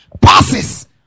passes